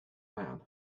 man